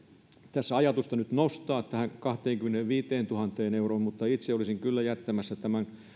tässä on ajatusta nyt nostaa enimmäismäärä kahteenkymmeneenviiteentuhanteen euroon mutta itse olisin kyllä jättämässä tämän